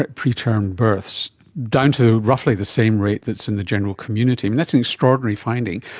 preterm births down to roughly the same rate that's in the general community, and that's an extraordinary finding.